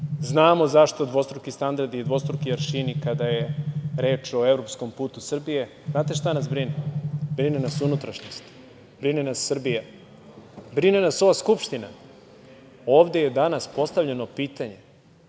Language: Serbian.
znamo zašto dvostruki standardi i dvostruki aršini kada je reč o evropskom putu Srbije. Znate šta nas brine? Brine nas unutrašnjost, brine nas Srbija, brine nas ova Skupština. Ovde je danas postavljeno pitanje